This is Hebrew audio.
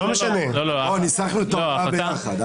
ניסחנו את ההודעה יחד.